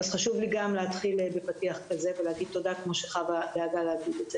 אז חשוב לי גם להתחיל בפתיח כזה ולהגיד תודה כמו שחווה דאגה להגיד.